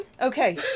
Okay